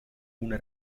una